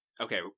Okay